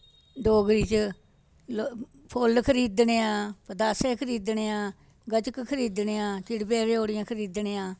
डोगरी च फुल्ल खरीदने आं पतासे खरीदने आं गच्चक खरीदने आं चिड़बे रेओड़ियां खरीदने आं